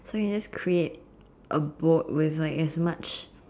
so you just create a boat with like as much